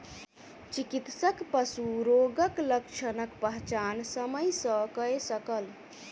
चिकित्सक पशु रोगक लक्षणक पहचान समय सॅ कय सकल